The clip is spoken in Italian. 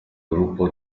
gruppo